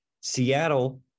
Seattle